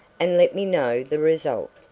and let me know the result.